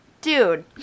dude